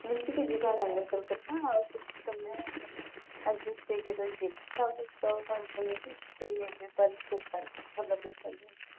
ମିଶିକି ଯିବା ନହେଲେ କୋଲକାତା ଆଉ ସେଇଠି ତୁମେ ଆଡ଼ଜଷ୍ଟ୍ ହେଇକି ରହିଯିବ ତା'ପରେ ଷ୍ଟଲ୍ ଫଲ୍ ଖୋଲିକି କିଛି ବେପାର ବି କରିପାରିବ ଭଲ ବେପାର ବି